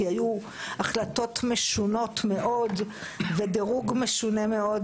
היו החלטות משונות מאוד ודירוג משונה מאוד